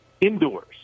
indoors